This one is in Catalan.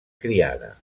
criada